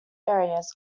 areas